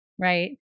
Right